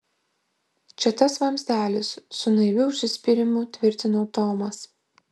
čia tas vamzdelis su naiviu užsispyrimu tvirtino tomas